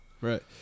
right